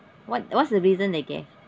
what what's the reason they gave